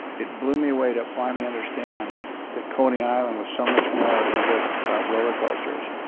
it blew me away to finally understand that coney island was so much more than just roller coasters.